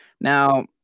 Now